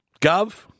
Gov